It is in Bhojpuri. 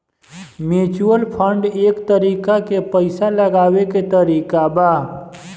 म्यूचुअल फंड एक तरीका के पइसा लगावे के तरीका बा